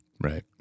Right